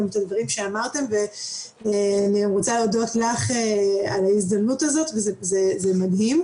הדברים שאמרתם ואני רוצה להודות לך על ההזדמנות הזאת וזה מדהים.